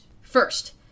First